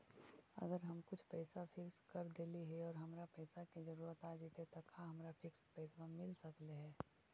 अगर हम कुछ पैसा फिक्स कर देली हे और हमरा पैसा के जरुरत आ जितै त का हमरा फिक्स पैसबा मिल सकले हे?